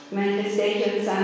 Manifestations